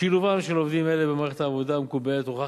שילובם של עובדים אלה במערכת העבודה המקובלת הוכח